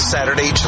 Saturday